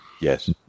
Yes